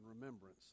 remembrance